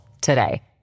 today